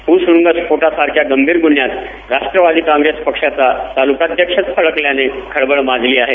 भूसुरुंगस्फोटासारख्या गंभीर गुन्ह्यात राष्ट्रवादी काँग्रेस पक्षाचा तालुकाध्यक्षच अडकल्यानं खळबळ माजली आहे